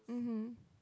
mmhmm